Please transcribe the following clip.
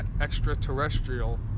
extraterrestrial